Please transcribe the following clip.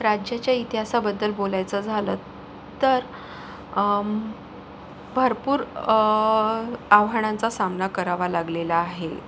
राज्याच्या इतिहासाबद्दल बोलायचं झालं तर भरपूर आव्हानांचा सामना करावा लागलेला आहे